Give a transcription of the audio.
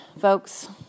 folks